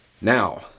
Now